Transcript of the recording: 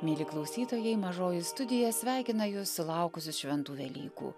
mieli klausytojai mažoji studija sveikina jus sulaukusius šventų velykų